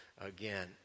again